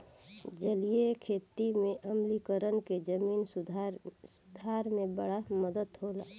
जलीय खेती में आम्लीकरण के जमीन सुधार में बड़ा मदद होला